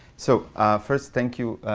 so first, thank you,